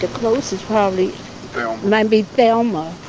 closest probably might be thelma